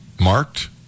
marked